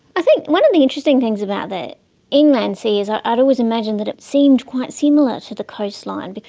i think one of the interesting things about the inland sea is ah i'd always imagined that it seemed quite similar to the coastline. but